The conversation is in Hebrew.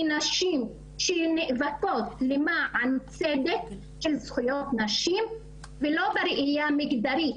כנשים שנאבקות למען הצדק של זכויות נשים ולא בראייה מגדרית,